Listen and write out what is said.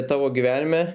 tavo gyvenime